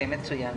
מצוין.